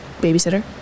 babysitter